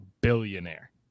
billionaire